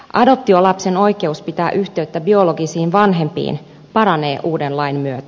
adoptiolapsen oikeus pitää yhteyttä biologisiin vanhempiin paranee uuden lain myötä